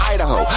Idaho